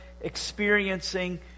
experiencing